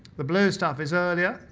the blue stuff is earlier,